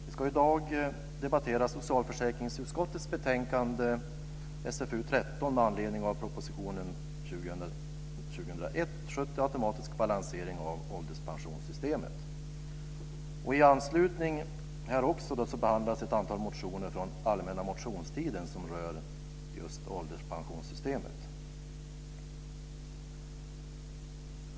Fru talman! Vi ska i dag debattera socialförsäkringsutskottets betänkande SfU13 med anledning av propositionen 2000/01:70 Automatisk balansering av ålderspensionssystemet. I anslutning härtill behandlas ett antal motioner från allmänna motionstiden som rör just ålderspensionssystemet.